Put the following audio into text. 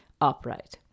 upright